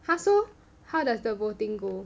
!huh! so how does the voting go